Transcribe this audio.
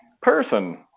person